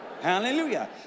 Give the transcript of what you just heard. Hallelujah